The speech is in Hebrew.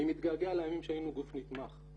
אני מתגעגע לימים שהיינו גוף נתמך.